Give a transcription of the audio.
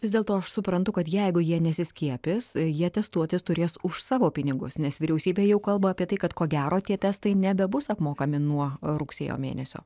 vis dėlto aš suprantu kad jeigu jie nesiskiepys jie testuotis turės už savo pinigus nes vyriausybė jau kalba apie tai kad ko gero tie testai nebebus apmokami nuo rugsėjo mėnesio